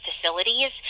facilities